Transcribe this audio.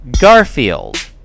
Garfield